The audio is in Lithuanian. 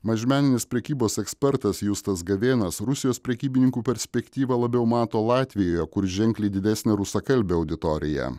mažmeninės prekybos ekspertas justas gavėnas rusijos prekybininkų perspektyvą labiau mato latvijoje kur ženkliai didesnė rusakalbę auditorija